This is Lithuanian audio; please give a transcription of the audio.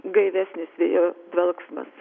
gaivesnis vėjo dvelksmas